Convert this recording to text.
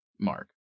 Mark